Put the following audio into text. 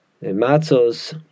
matzos